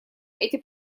эти